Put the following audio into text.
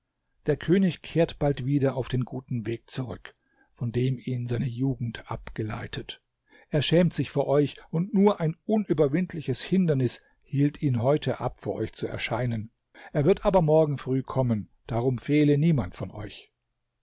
der könig kehrt bald wieder auf den guten weg zurück von dem ihn seine jugend abgeleitet er schämt sich vor euch und nur ein unüberwindliches hindernis hielt ihn heute ab vor euch zu erscheinen er wird aber morgen früh kommen darum fehle niemand von euch